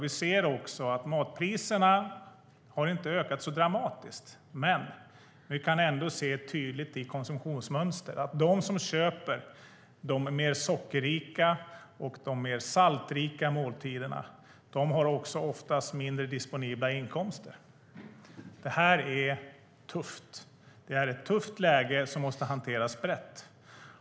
Vi ser att matpriserna inte har ökat så dramatiskt, men i konsumtionsmönstren kan vi ändå tydligt se att de som köper de mer sockerrika och saltrika måltiderna också oftast har lägre disponibel inkomst. Detta är ett tufft läge som måste hanteras brett.